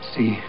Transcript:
See